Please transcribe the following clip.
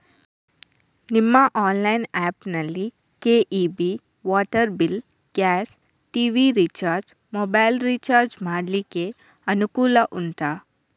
ನಿಮ್ಮ online app ನಲ್ಲಿ KEB, water bill, gas, TV recharge, mobile recharge ಮಾಡ್ಲಿಕ್ಕೆ ಅನುಕೂಲ ಉಂಟಾ